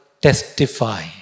testify